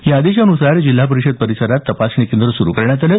या आदेशानुसार जिल्हा परिषद परिसरात तपासणी केंद्र सुरू करण्यात आलं